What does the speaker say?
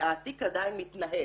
כשהתיק עדיין מתנהל,